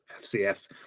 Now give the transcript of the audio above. FCS